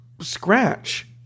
scratch